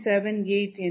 93 ஆகும்